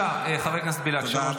בבקשה, חבר הכנסת בליאק, שלוש דקות.